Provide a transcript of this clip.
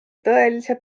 tõelise